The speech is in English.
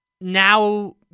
now